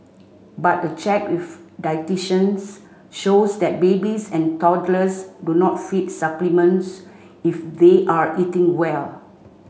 but a check with dietitians shows that babies and toddlers do not feed supplements if they are eating well